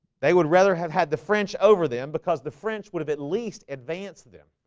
they would rather have had the french over them because the french would have at least advanced them